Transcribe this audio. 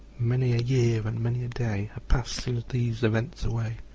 many a year and many a day have passed since these events away.